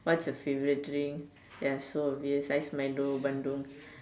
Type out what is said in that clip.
what's your favorite drink ya so obvious ice Milo bandung